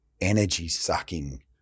energy-sucking